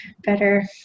better